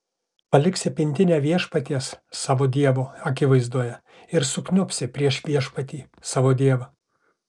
paliksi pintinę viešpaties savo dievo akivaizdoje ir sukniubsi prieš viešpatį savo dievą